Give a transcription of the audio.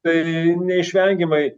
tai neišvengiamai